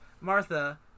Martha